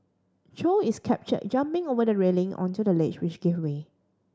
Chow is captured jumping over the railing onto the ledge which gave way